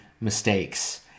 mistakes